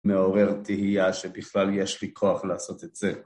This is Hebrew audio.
מעורר תהייה שבכלל יש לי כוח לעשות את זה.